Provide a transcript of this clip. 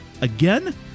Again